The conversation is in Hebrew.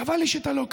חבר הכנסת סאלח